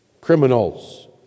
criminals